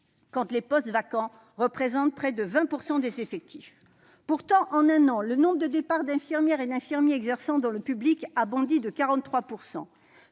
quand les postes vacants représentent près de 20 % des effectifs. Pourtant, en un an, le nombre de départs d'infirmières et d'infirmiers exerçant dans le public a bondi de 43 %.